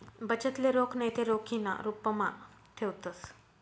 बचतले रोख नैते रोखीना रुपमा ठेवतंस